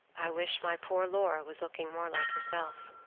i wish my poor laura was looking more like herself